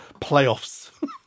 playoffs